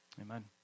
amen